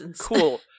Cool